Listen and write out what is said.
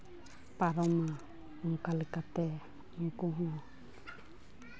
ᱯᱟᱨᱚᱢᱟ ᱚᱱᱠᱟ ᱞᱮᱠᱟᱛᱮ ᱩᱱᱠᱩ ᱦᱚᱸ